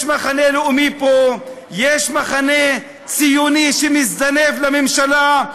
יש מחנה לאומי פה, יש מחנה ציוני שמזדנב, לממשלה,